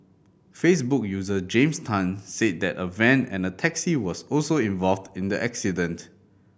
Facebook user James Tan said that a van and a taxi was also involved in the accident